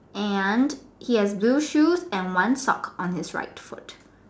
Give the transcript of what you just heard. and he has blue shoes and one sock on his right foot